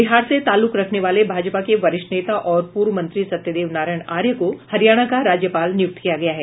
बिहार से ताल्लुक रखने वाले भाजपा के वरिष्ठ नेता और पूर्व मंत्री सत्यदेव नारायण आर्य को हरियाणा का राज्यपाल नियुक्त किया गया है